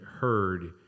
heard